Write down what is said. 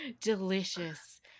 Delicious